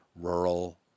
rural